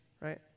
right